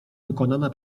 wykonana